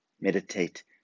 Meditate